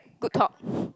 good talk